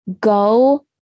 Go